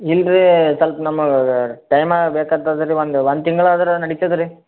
ಇಲ್ಲ ರೀ ಸ್ವಲ್ಪ ನಮಗೆ ಟೈಮ ಬೇಕಾಗ್ತದ್ರಿ ಒಂದು ಒಂದು ತಿಂಗ್ಳಾದ್ರೂ ನಡಿತದೆ ರೀ